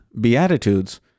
Beatitudes